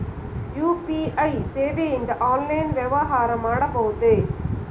UPI ಸೇವೆಯಿಂದ online ವ್ಯವಹಾರ ಮಾಡಬಹುದೇ?